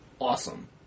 awesome